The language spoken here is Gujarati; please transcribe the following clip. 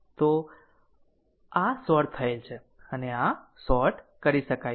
તો અને આ આ શોર્ટ થયેલ છે અને આ શોર્ટ કરી શકાય છે